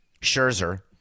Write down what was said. Scherzer